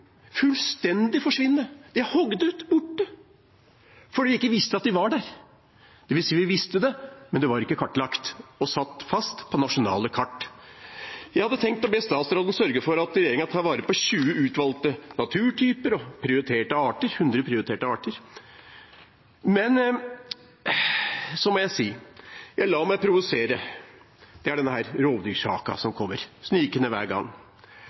fullstendig forsvinne. Det er hogd ut, borte, fordi vi ikke visste at de var der – dvs. vi visste det, men det var ikke kartlagt og satt på nasjonale kart. Jeg hadde tenkt å be statsråden sørge for at regjeringa tar vare på 20 utvalgte naturtyper og 100 prioriterte arter. Men så må jeg si: Jeg lar meg provosere – det gjelder rovdyrsaken, som kommer snikende hver gang.